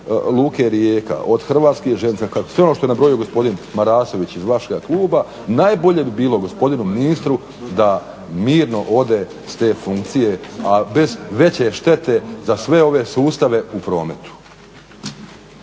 Luke Rijeka od HŽ-a sve ono što je nabrojio gospodin Marasović iz vašega kluba najbolje bi bilo gospodinu ministru da mirno ode s te funkcije, a bez veće štete za sve ove sustave u prometu.